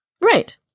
Right